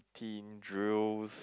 ~tine drills